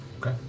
Okay